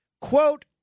quote